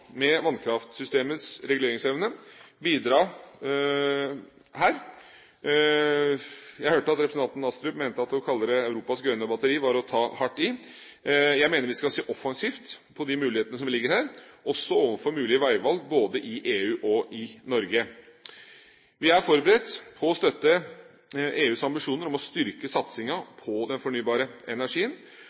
med vannkraftsystemets reguleringsevne, bidra her. Jeg hørte at representanten Astrup mente at å kalle det Europas grønne batterier var å ta hardt i. Jeg mener vi skal se offensivt på de mulighetene som ligger her, også mulige veivalg både i EU og i Norge. Vi er forberedt på å støtte EUs ambisjoner om å styrke satsingen på den fornybare energien.